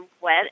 wet